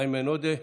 איימן עודה,